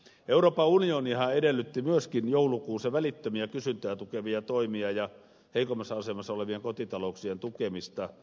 euroopan unionihan edellytti myöskin joulukuussa välittömiä kysyntää tukevia toimia ja heikoimmassa asemassa olevien kotitalouksien tukemista